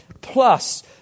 Plus